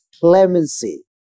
clemency